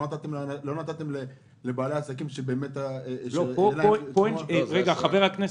לא נתתם לבעלי העסקים --- חבר הכנסת,